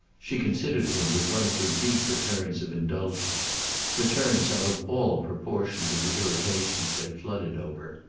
she considered him with one of her deep returns of indulgence returns out of all proportion to the irritations they flooded over.